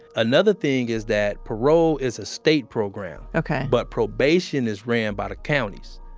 another thing is that parole is a state program okay but probation is run by the counties.